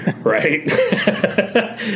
right